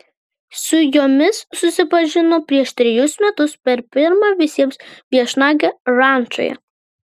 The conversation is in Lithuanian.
su jomis susipažino prieš trejus metus per pirmą visiems viešnagę rančoje